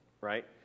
right